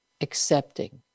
accepting